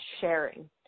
sharing